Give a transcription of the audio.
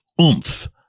oomph